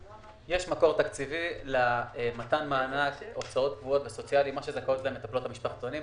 יש מקור תקציבי למתן מענק הוצאות קבועות וסוציאלי למטפלות במשפחתונים.